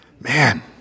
Man